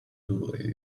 dolore